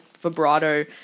vibrato